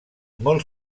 molt